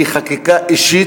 היא חקיקה אישית,